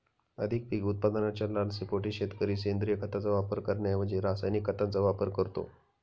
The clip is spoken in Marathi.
अधिक पीक उत्पादनाच्या लालसेपोटी शेतकरी सेंद्रिय खताचा वापर करण्याऐवजी रासायनिक खतांचा वापर करतो